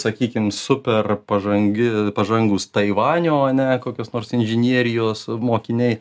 sakykim super pažangi pažangūs taivanio ane kokios nors inžinerijos mokiniai